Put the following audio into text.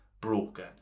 broken